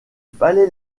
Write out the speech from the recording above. fallait